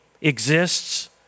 exists